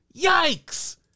yikes